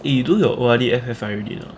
eh you do your O_R_D F_F_R already or not